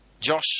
Josh